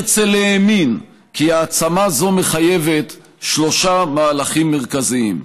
הרצל האמין כי העצמה זו מחייבת שלושה מהלכים מרכזיים.